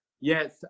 yes